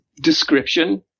description